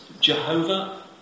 Jehovah